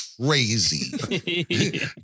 crazy